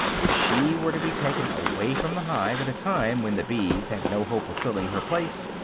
if she were to be taken away from the hive at a time when the bees had no hope of filling her place,